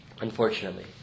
unfortunately